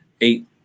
eight